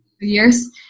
years